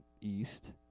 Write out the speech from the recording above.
east